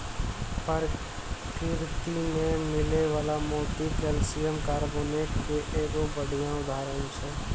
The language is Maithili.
परकिरति में मिलै वला मोती कैलसियम कारबोनेट के एगो बढ़िया उदाहरण छै